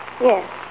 Yes